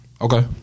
Okay